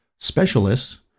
Specialists